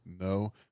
No